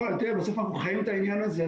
פשוט אנחנו חיים את העניין הזה.